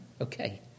Okay